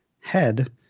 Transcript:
head